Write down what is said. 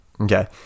Okay